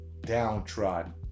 downtrodden